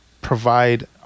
provide